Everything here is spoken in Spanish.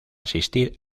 asistir